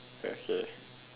okay